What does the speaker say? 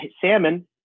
salmon